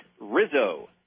Rizzo